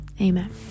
amen